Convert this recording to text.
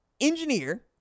engineer